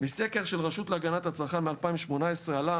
מסקר של הרשות להגנת הצרכן מ-2018 עלה